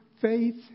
faith